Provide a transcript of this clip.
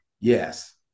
Yes